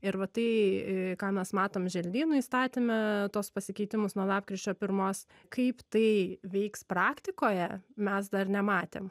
ir va tai ką mes matom želdynų įstatyme tuos pasikeitimus nuo lapkričio pirmos kaip tai veiks praktikoje mes dar nematėm